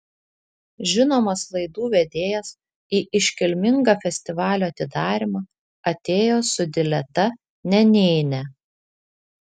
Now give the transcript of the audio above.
žinomas laidų vedėjas į iškilmingą festivalio atidarymą atėjo su dileta nenėne